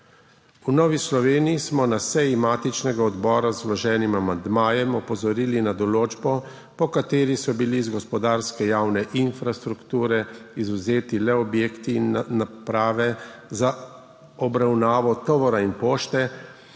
V Novi Sloveniji smo na seji matičnega odbora z vloženim amandmajem opozorili na določbo, po kateri so bili iz gospodarske javne infrastrukture izvzeti le objekti in naprave za obravnavo tovora in pošte,